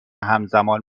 همزمان